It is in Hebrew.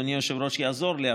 אדוני היושב-ראש יעזור לי,